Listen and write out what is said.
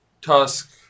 Tusk